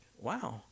wow